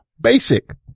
basic